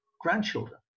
grandchildren